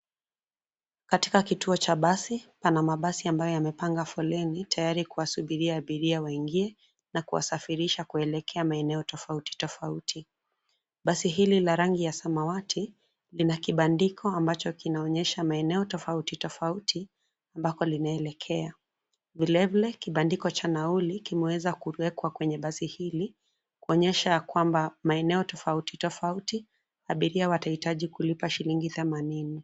Katika kituo cha basi, pana mabasi ambayo yamepanga foleni tayari kuwasubiria. abiria waingie na kuwasafirisha kuelekea maeneo tofauti tofauti. Basi hili la rangi ya samawati, lina kibandiko ambacho kinaonyesha maeneo tofauti tofauti ambako linaelekea. Vile vile, kibandiko cha nauli kimeweza kuwekwa kwenye basi hili kuonyesha ya kwamba maeneo tofauti tofauti abiria watahitaji kulipa shilingi 80.